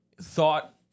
thought